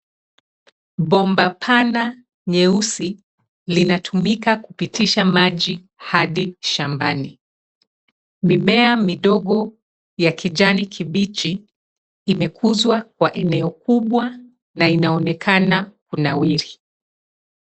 Bomba pana, nyeusi linatumika kupitisha maji hadi shambani. Mimea midogo ya kijani kibichi imekuzwa kwa eneo kubwa na inaonekana kunawiri.